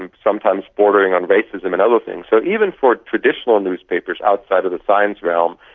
and sometimes bordering on racism and other things. so even for traditional newspapers outside of the science realm,